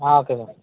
okay sir